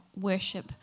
worship